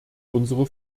unsere